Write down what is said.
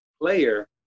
player